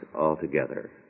altogether